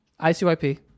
ICYP